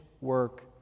work